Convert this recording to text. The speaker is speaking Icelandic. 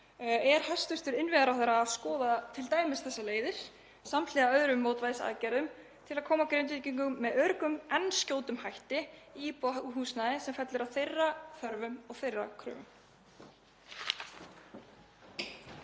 Er hæstv. innviðaráðherra að skoða t.d. þessar leiðir, samhliða öðrum mótvægisaðgerðum, til að koma Grindvíkingum með öruggum en skjótum hætti í íbúðarhúsnæði sem fellur að þeirra þörfum og þeirra kröfum?